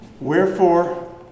Wherefore